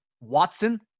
Watson